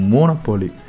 Monopoly